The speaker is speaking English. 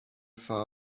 far